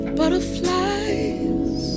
butterflies